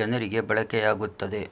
ಜನರಿಗೆ ಬಳಕೆಯಾಗುತ್ತದೆ